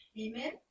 amen